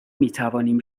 میتوانیم